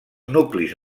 nuclis